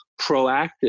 proactive